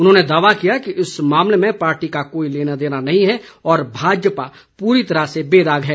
उन्होंने दावा किया कि इस मामले में पार्टी का कोई लेनादेना नहीं है और भाजपा पूरी तरह से बेदाग है